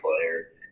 player